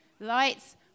Lights